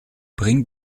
bring